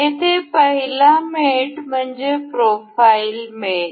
येथे पहिला मेट म्हणजे प्रोफाइल मेट